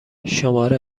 شماره